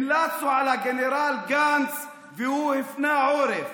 המלצנו על הגנרל גנץ והוא הפנה עורף.